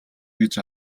гэж